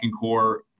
core